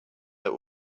that